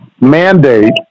mandate